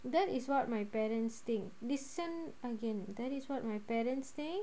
then is what my parents think listen again that is what my parents think